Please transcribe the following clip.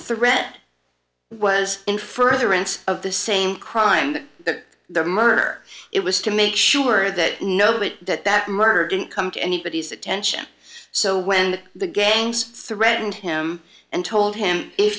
threat was in furtherance of the same crime that the murderer it was to make sure that no bit that that merc didn't come to anybody's attention so when the gangs threatened him and told him if